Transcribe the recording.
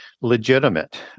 legitimate